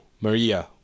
Maria